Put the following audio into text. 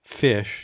fish